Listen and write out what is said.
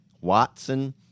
Watson